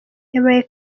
yabaye